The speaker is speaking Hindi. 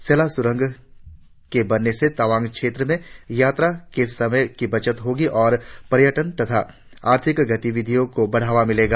सेला सुरंग के बनने से तवांग क्षेत्र में यात्रा के समय की बचत होगी तथा पर्यटन और आर्थिक गतिविधियों की बढ़ावा मिलेगा